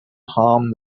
harm